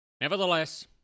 Nevertheless